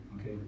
okay